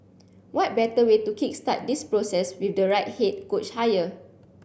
what better way to kick start this process with the right head coach hire